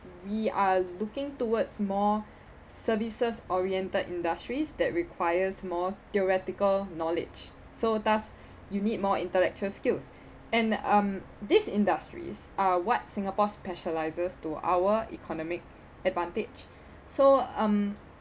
we are looking towards more services oriented industries that requires more theoretical knowledge so thus you need more intellectual skills and um these industries are what singapore specialises to our economic advantage so um